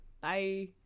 bye